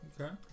Okay